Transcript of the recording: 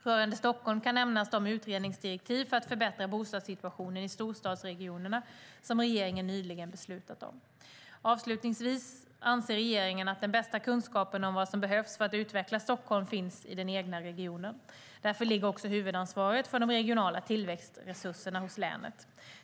Rörande Stockholm kan nämnas de utredningsdirektiv för att förbättra bostadssituationen i storstadsregionerna som regeringen nyligen har beslutat om. Avslutningsvis anser regeringen att den bästa kunskapen om vad som behövs för att utveckla Stockholm finns i den egna regionen. Därför ligger också huvudansvaret för de regionala tillväxtresurserna hos länet.